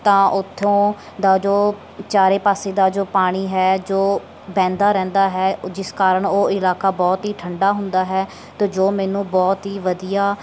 ਤਾਂ ਉੱਥੋਂ ਦਾ ਜੋ ਚਾਰੇ ਪਾਸੇ ਦਾ ਜੋ ਪਾਣੀ ਹੈ ਜੋ ਵਹਿੰਦਾ ਰਹਿੰਦਾ ਹੈ ਉਹ ਜਿਸ ਕਾਰਣ ਉਹ ਇਲਾਕਾ ਬਹੁਤ ਹੀ ਠੰਡਾ ਹੁੰਦਾ ਹੈ ਅਤੇ ਜੋ ਮੈਨੂੰ ਬਹੁਤ ਹੀ ਵਧੀਆ